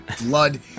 blood